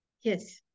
yes